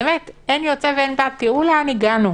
אין יוצא ואין בא, תראו לאן הגענו.